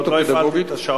אני עוד לא הפעלתי את השעון,